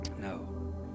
No